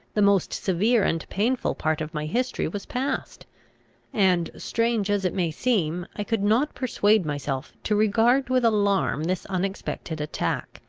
the most severe and painful part of my history was past and, strange as it may seem, i could not persuade myself to regard with alarm this unexpected attack.